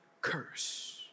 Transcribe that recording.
curse